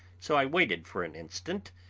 so i waited for an instant,